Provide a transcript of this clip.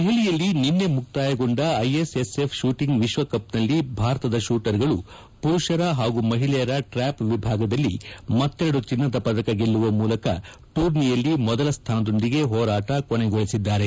ದೆಹಲಿಯಲ್ಲಿ ನಿನ್ನೆ ಮುಕ್ತಾಯಗೊಂಡ ಐಎಸ್ ಎಸ್ ಎಫ್ ಶೂಟಿಂಗ್ ವಿಶ್ವ ಕಪ್ ನಲ್ಲಿ ಭಾರತದ ಶೂಟರ್ ಗಳು ಪುರುಷರ ಪಾಗೂ ಮಹಿಳೆಯರ ಟ್ರ್ಕ್ಲಾಪ್ ವಿಭಾಗದಲ್ಲಿ ಮತ್ತರಡು ಚಿನ್ನದ ಪದಕ ಗೆಲ್ಲುವ ಮೂಲಕ ಟೂರ್ನಿಯಲ್ಲಿ ಮೊದಲ ಸ್ಲಾನದೊಂದಿಗೆ ಹೋರಾಟ ಕೊನೆಗೊಳಿಸಿದ್ದಾರೆ